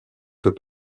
peut